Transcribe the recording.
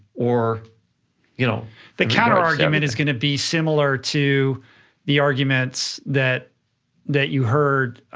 or you know the counter argument is gonna be similar to the arguments that that you heard